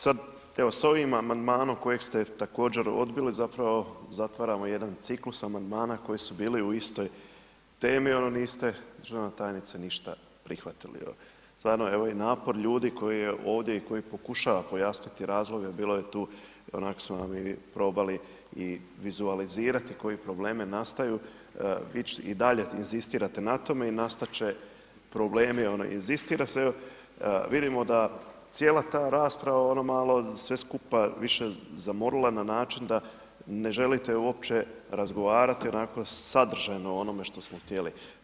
Sad, evo s ovim amandmanom kojeg ste također odbili zapravo zatvaramo jedan ciklus amandmana koji su bili u istoj temi, niste državna tajnice ništa prihvatili, evo, stvarno evo i napor ljudi koji je ovdje i koji pokušava pojasniti razloge, bilo je tu, onako smo probali i vizualizirati koji probleme nastaju, ić i dalje inzistirate na tome i nastat će problemi, inzistira se evo, vidimo da cijela ta rasprava, ono malo sve skupa više zamorila na način da ne želite uopće razgovarati onako sadržajno o onome što smo htjeli.